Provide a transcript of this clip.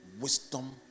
wisdom